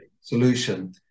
solution